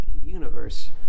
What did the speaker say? universe